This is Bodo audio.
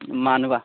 मानोबा